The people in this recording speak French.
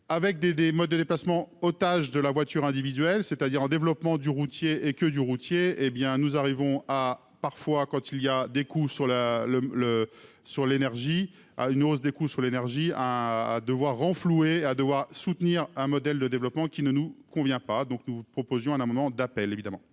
des des modes de déplacement, otages de la voiture individuelle, c'est-à-dire en développement du routier et que du routier, hé bien, nous arrivons à parfois quand il y a des coups sur la le le sur l'énergie à une hausse des coûts sur l'énergie à devoir renflouer à devoir soutenir un modèle de développement qui ne nous convient pas, donc nous proposons un amendement d'appel évidemment.